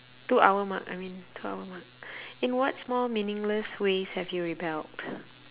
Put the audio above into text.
two hour mark I mean two hour mark in what small meaningless ways have you rebelled